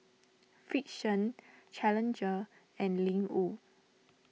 Frixion challenger and Ling Wu